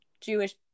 Jewish